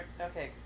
okay